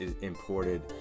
imported